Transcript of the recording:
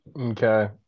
Okay